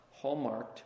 hallmarked